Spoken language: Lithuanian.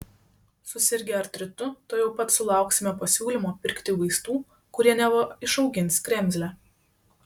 susirgę artritu tuojau pat sulauksime pasiūlymo pirkti vaistų kurie neva išaugins kremzlę